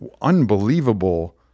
unbelievable